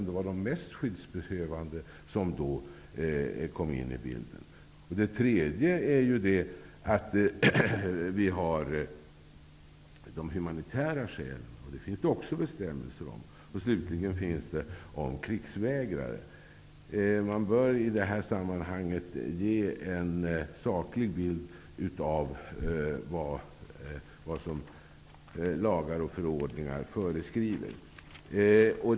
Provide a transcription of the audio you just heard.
Det var de mest skyddsbehövande som då kom in i bilden. Dessutom har vi de humanitära skälen, som det också finns bestämmelser om. Slutligen finns det bestämmelser om krigsvägrare. I detta sammanhang bör man ge en saklig bild av vad lagar och förordningar föreskriver.